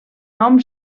nom